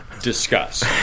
Discuss